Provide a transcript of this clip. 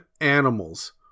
animals